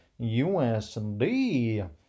USD